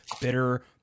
bitter